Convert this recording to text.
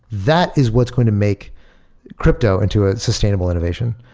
that is what's going to make crypto into a sustainable innovation.